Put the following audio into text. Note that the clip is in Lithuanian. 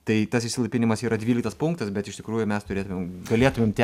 tai tas išsilaipinimas yra dvyliktas punktas bet iš tikrųjų mes turėtumėm galėtumėm tę